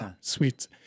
Sweet